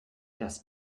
das